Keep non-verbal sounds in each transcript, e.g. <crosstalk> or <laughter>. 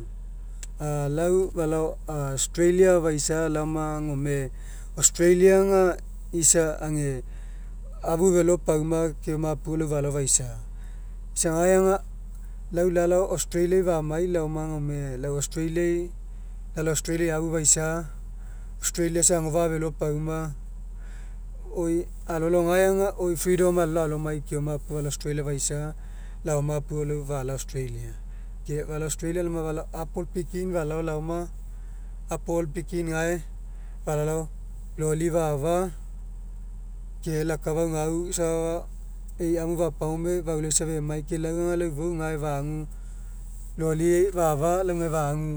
<hesitation> lau falao australia faisa laoma aga gome australia aga isa aga afu felo pauma keoma puo lau falao faisa laoma. Isa gae aga lau lalao australia'i famai laoma gome lau australia lalao asutralia'i afu faisa. Australia isa agofa'a felo pauma. Oi alolao gae aga oi freedom'ai alolao alomai keoma puo falao australia faisa laoma puo lau falao australia. Ke falao australia laoma falao apple picking falao laoma, apple picking gae falao loli fa'afa ke lau akafau gau safa e'i amu fapagome faulaisa femai ke lau aga lau ifou gae fagu loli fa'afa lau gae fagu.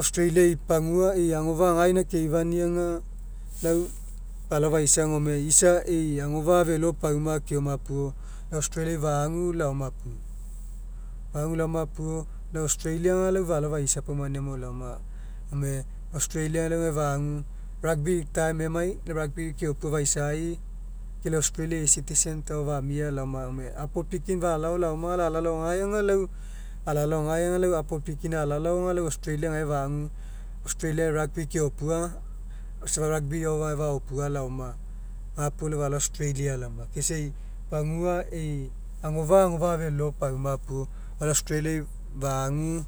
Australia e'i pagua e'i agofa'a gaina keifania auga lau falao faisa gome isa e'i agofa'a felo pauma keoma puo. Australia fa'agu laoma fa'agu laoma puo australia aga lau falao faisa paumaniamo laoma, gome australia lau gae fagu rugby keopua faisa ke lau australia e'i citizen ao famia laoma gapuo apple picking falao laoma aga lau alalao gae aga lau alalao gae age lau apple picking alalao aga lau australia gae fa'agu australia rugby keopua lau safa aga lau safa rugby agao gae faopua laoma. Gapuo lau falao australia laoma me isa e'i pagua e'i agofa'a felo pauma puo falao australia fagu